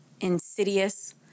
insidious